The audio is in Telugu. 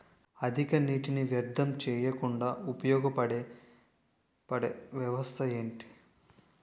అధిక నీటినీ వ్యర్థం చేయకుండా ఉపయోగ పడే వ్యవస్థ ఏంటి